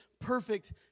perfect